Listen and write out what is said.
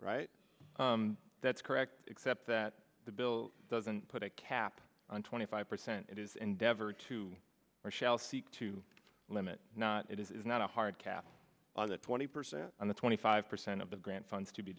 right that's correct except that the bill doesn't put a cap on twenty five percent it is endeavor to shall seek to limit not it is not a hard cap on the twenty percent and the twenty five percent of the grant funds to be